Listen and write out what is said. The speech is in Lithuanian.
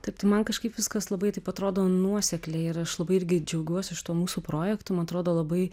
taip tai man kažkaip viskas labai taip atrodo nuosekliai ir aš labai irgi džiaugiuos šituo mūsų projektu man atrodo labai